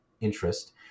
interest